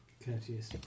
Courteous